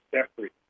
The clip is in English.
separate